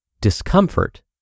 Discomfort